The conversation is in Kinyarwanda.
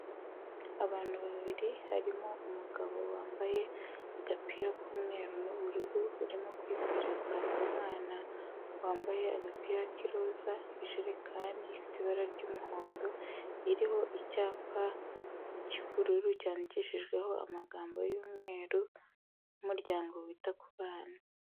Abantu babiri barimo umugabo wambaye agapira k'umweru n'ubururu, urimo kwikoreza umwana wambaye agapira k'iroza ijerekani ifite ibara ry'umuhondo, iriho icyapa cy'ubururu cyandikishijweho amagambo y'umweru n'umuryango wita ku bana.